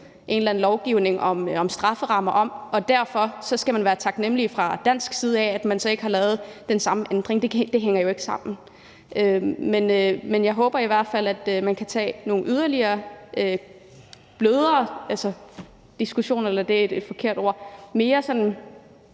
en eller anden lovgivning om strafferammer om, og at man derfor skulle være taknemlig fra dansk side for, at man så ikke havde lavet den samme ændring. Det hænger jo ikke sammen. Men jeg håber i hvert fald, at man kan tage nogle yderligere diskussioner om, hvordan vi egentlig